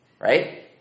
Right